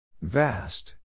Vast